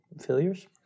failures